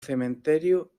cementerio